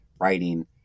writing